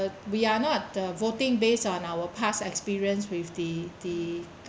we are not uh voting based on our past experience with the the